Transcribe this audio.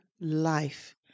life